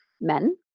men